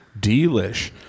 Delish